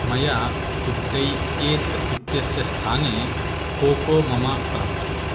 मया गुड्डै येत् इत्यस्य स्थाने कोको ममा प्राप्तम्